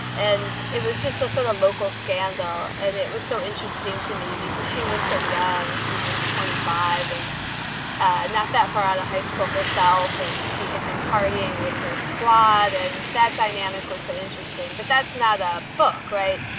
and it was just so sort of local scandal. and it was so interesting to me because she was so young. she was twenty five and and not that far out of high school herself, and she had been partying with her squad. and that dynamic was so interesting. but that's not a book. right.